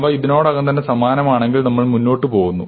അവ ഇതിനകം തന്നെ സമാനമാണെങ്കിൽ നമ്മൾ മുന്നോട്ട് പോകുന്നു